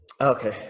Okay